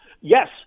Yes